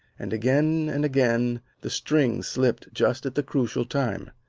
and again and again the string slipped just at the crucial time.